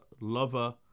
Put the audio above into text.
lover